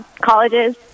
colleges